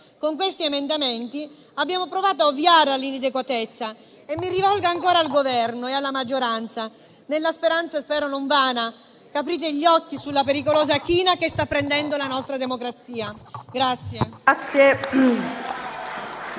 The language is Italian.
con questi emendamenti abbiamo provato a ovviare all'inadeguatezza e mi rivolgo ancora al Governo e alla maggioranza, con speranza spero non vana: aprite gli occhi sulla pericolosa china che sta prendendo la nostra democrazia.